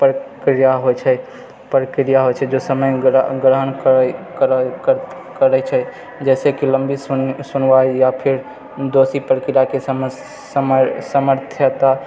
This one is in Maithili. प्रक्रिया होइ छै जे समय ग्रहण करै छै जैसेकि लम्बी सुनवाइ या फेर दोषी प्रक्रियाके समझ समथ्र्यता